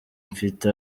mfite